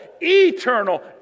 eternal